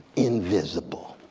invisible,